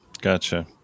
Gotcha